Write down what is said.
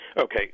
Okay